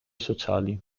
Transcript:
sociali